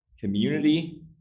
Community